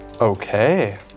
Okay